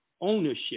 ownership